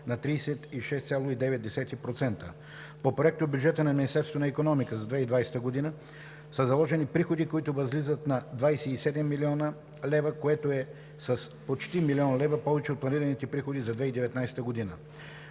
на 36,9%. По проектобюджета на Министерството на икономиката за 2020 г. са заложени приходи, които възлизат на 27 млн. лв., което е с почти милион лева повече от планираните приходи за 2019 г.